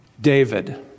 David